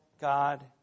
God